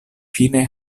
fine